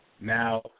Now